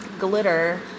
glitter